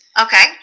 Okay